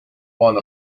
one